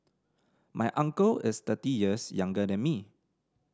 my uncle is thirty years younger than me